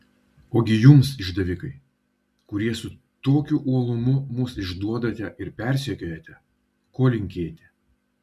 ogi jums išdavikai kurie su tokiu uolumu mus išduodate ir persekiojate ko linkėti